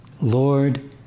Lord